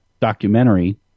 documentary